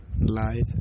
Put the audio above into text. light